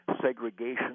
segregation